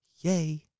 Yay